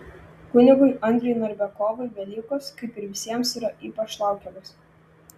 kunigui andriui narbekovui velykos kaip ir visiems yra ypač laukiamos